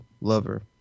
lover